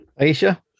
Aisha